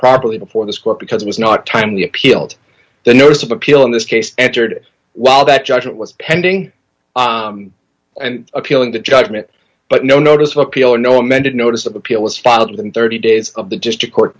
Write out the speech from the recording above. properly before this court because it was not timely appealed the notice of appeal in this case entered while that judgment was pending and appealing to judgment but no notice of appeal or no amended notice of appeal was filed within thirty days of the district court